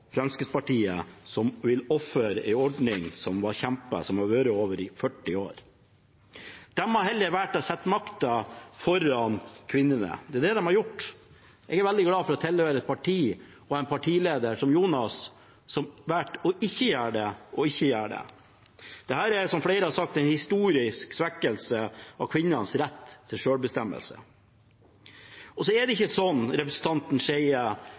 Fremskrittspartiet, som vil ofre en ordning som er kjempet fram, og som har vart i over 40 år. De har valgt å sette makten foran kvinnene. Det er det de har gjort. Jeg er veldig glad for å tilhøre et parti og å ha en partileder som Jonas Gahr Støre, som har valgt ikke å gjøre det. Dette er, som flere har sagt, en historisk svekkelse av kvinners rett til selvbestemmelse. Til representanten Lossius-Skeie: Det er verken Arbeiderpartiet, Høyre, Fremskrittspartiet eller andre som skal bestemme dette. Det